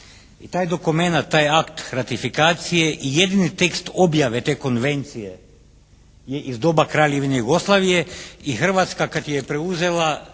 I taj dokumenata, taj akt ratifikacije i jedini tekst objave te konvencije je iz doba Kraljevine Jugoslavije i Hrvatska kad ju je preuzela